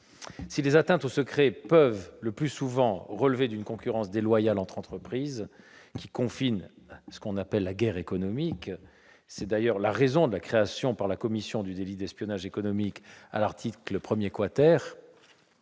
Si les atteintes au secret peuvent le plus souvent relever d'une concurrence déloyale entre entreprises confinant à ce qu'on appelle la « guerre économique »- c'est d'ailleurs la raison de la création par la commission du délit d'espionnage économique à l'article 1 -, elles